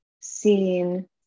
seen